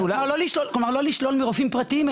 כלומר לא לשלול מרופאים פרטיים,